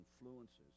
influences